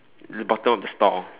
the bottom of the store